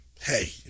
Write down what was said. Hey